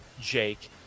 Jake